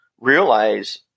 realize